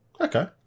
okay